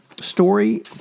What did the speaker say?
story